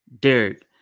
Derek